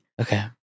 Okay